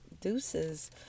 deuces